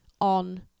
on